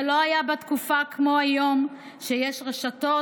זה לא היה בתקופה כמו היום שיש רשתות,